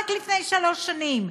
רק לפני שלוש שנים,